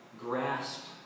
grasped